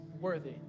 worthy